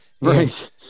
Right